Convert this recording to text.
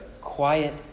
quiet